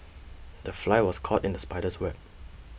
the fly was caught in the spider's web